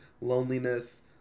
loneliness